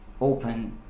open